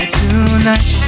tonight